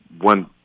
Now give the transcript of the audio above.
one